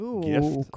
gift